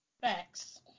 Facts